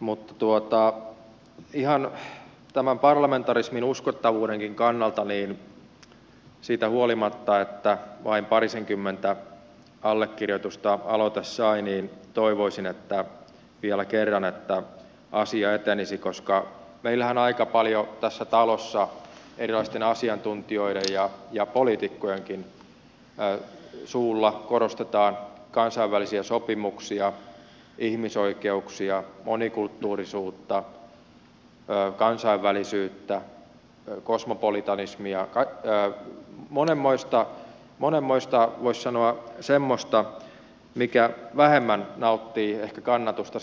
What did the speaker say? mutta ihan parlamentarismin uskottavuudenkin kannalta siitä huolimatta että vain parisenkymmentä allekirjoitusta aloite sai toivoisin vielä kerran että asia etenisi koska meillähän aika paljon tässä talossa erilaisten asiantuntijoiden ja poliitikkojenkin suulla korostetaan kansainvälisiä sopimuksia ihmisoikeuksia monikulttuurisuutta kansainvälisyyttä kosmopolitanismia monenmoista voisi sanoa semmoista mikä ehkä vähemmän nauttii kannatusta